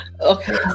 Okay